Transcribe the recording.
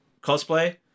Cosplay